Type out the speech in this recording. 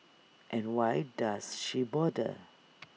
and why does she bother